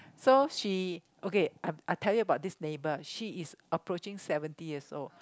so she okay I I tell you about this neighbor she is approaching seventy years old so she